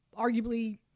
arguably